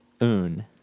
un